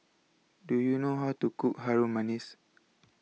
Do YOU know How to Cook Harum Manis